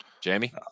Jamie